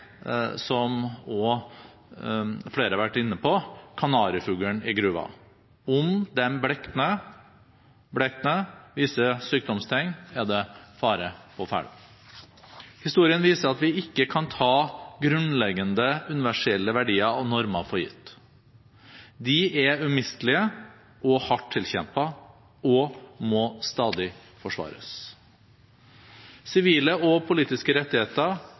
som også flere har vært inne på – kanarifuglen i gruven. Om de blekner, viser sykdomstegn, er det fare på ferde. Historien viser at vi ikke kan ta grunnleggende universelle verdier og normer for gitt. De er umistelige og hardt tilkjempet og må stadig forsvares. Sivile og politiske rettigheter